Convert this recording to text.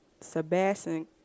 Sebastian